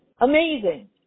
Amazing